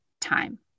time